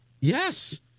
Yes